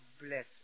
bless